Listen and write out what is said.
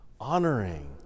honoring